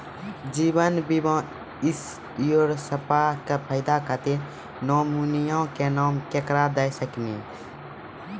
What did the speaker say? जीवन बीमा इंश्योरेंसबा के फायदा खातिर नोमिनी के नाम केकरा दे सकिनी?